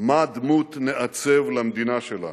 מה דמות נעצב למדינה שלנו.